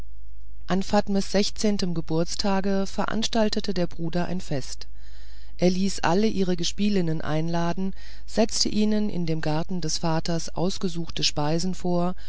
an fatmes geburtstage veranstaltete der bruder ein fest er ließ alle ihre gespielinnen einladen setzte ihnen in dem garten des vaters ausgesuchte speisen vor